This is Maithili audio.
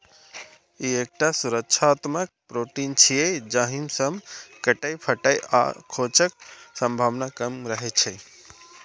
ई एकटा सुरक्षात्मक प्रोटीन छियै, जाहि सं कटै, फटै आ खोंचक संभावना कम रहै छै